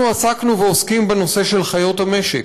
אנחנו עסקנו, ועוסקים, בנושא של חיות המשק.